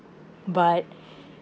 but